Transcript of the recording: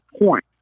point